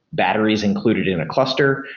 batteries included in a cluster.